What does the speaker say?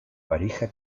pareja